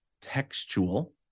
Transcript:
textual